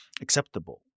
acceptable